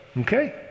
Okay